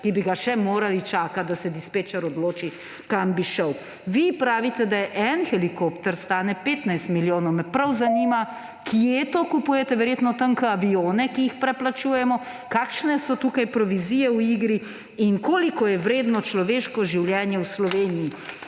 ki bi ga še morali čakati, da se dispečer odloči, kam bi šel. Vi pravite, da en helikopter stane 15 milijonov. Me prav zanima, kje to kupujete. Verjetno tam kot avione, ki jih preplačujemo. Kakšne so tukaj provizije v igri in koliko je vredno človeško življenje v Sloveniji?